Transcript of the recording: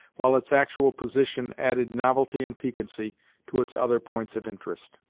while its actual position added novelty and piquancy to its other points of interest.